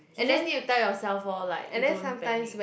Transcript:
you just need to tell yourself or like you don't panic